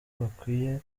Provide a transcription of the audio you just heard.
bakwiye